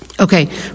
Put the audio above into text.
Okay